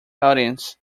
audience